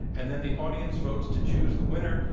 and then the audience votes to choose the winner,